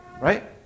Right